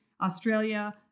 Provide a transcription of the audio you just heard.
Australia